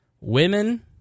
women